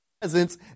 presence